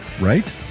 Right